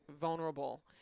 vulnerable